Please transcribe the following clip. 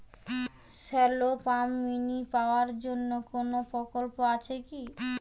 Shallow pump mini power জন্য কোনো প্রকল্প আছে কি?